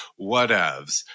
Whatevs